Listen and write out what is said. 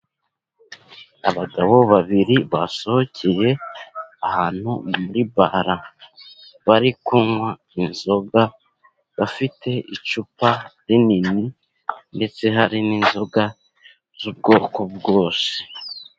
Abagabo babiri basohokeye ahantu muri bara. Bari kunywa inzoga, bafite icupa rinini, ndetse hari n'inzoga z'ubwoko bwose.